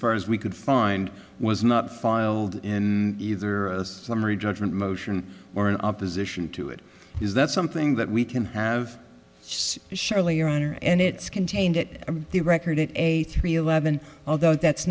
far as we could find was not filed in either as summary judgment motion or in opposition to it is that something that we can have surely your honor and it's contained at the record in a three eleven although that's